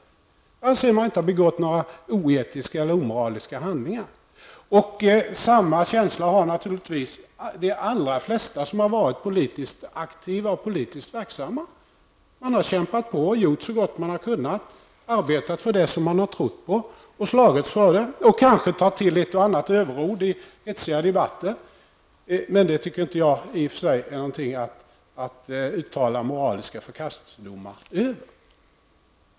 Jag anser mig inte ha begått några oetiska och omoraliska handlingar. Samma känsla har naturligtvis de allra flesta som har varit politiskt aktiva och politiskt verksamma. Man har kämpat på och gjort så gott man har kunnat. Man har arbetat för det som man har trott på, slagits för det och kanske tagit till ett och annat överord i hetsiga debatter. Men det tycker jag i och för sig inte är någonting att uttala moraliska förkastelsedomar över.